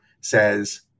says